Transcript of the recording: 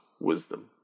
wisdom